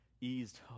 eased